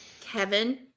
Kevin